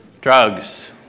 Drugs